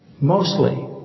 mostly